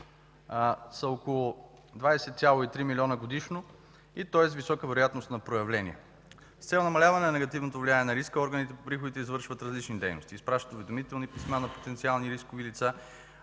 са около 20,3 милиона годишно и той е с висока вероятност на проявление. С цел намаляване на негативното влияние на риска, органите по приходите извършват различни дейности: изпращат уведомителни писма на потенциални рискови лица;